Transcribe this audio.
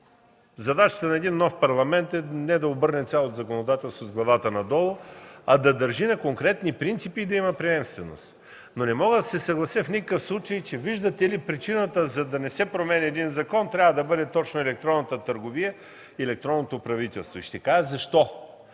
задачата на един нов парламент е не да обърне цялото законодателство с главата надолу, а да държи на конкретни принципи и да има приемственост, но не мога да се съглася в никакъв случай, че, виждате ли, причината да не се променя един закон трябва да бъде точно електронната търговия и електронното правителство. И ще кажа защо.